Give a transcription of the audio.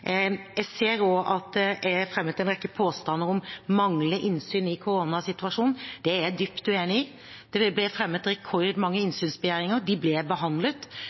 Jeg ser at det også er fremmet en rekke påstander om manglende innsyn i koronasituasjonen. Det er jeg dypt uenig i. Det ble fremmet rekordmange innsynsbegjæringer, og de ble behandlet.